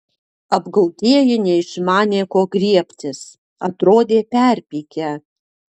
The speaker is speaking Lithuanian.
apgautieji neišmanė ko griebtis atrodė perpykę